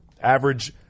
average